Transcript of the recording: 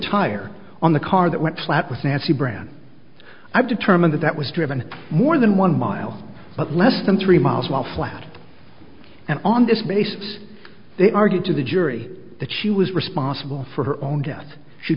tire on the car that went flat with nancy bran i've determined that that was driven more than one mile but less than three miles while flat and on this basis they argued to the jury that she was responsible for her own death she